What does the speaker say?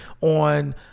on